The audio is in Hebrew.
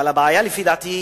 אבל הבעיה, לפי דעתי,